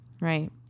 right